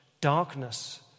darkness